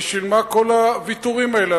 בשביל מה כל הוויתורים האלה,